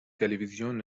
تلویزیون